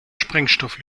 sprengstoff